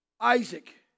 Isaac